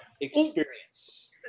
experience